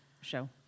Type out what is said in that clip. show